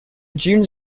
dunes